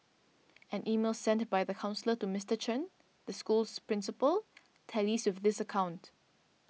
an email sent by the counsellor to Mister Chen the school's principal tallies with this account